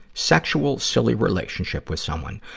sexual, silly relationship with someone.